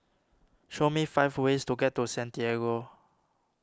show me five ways to get to Santiago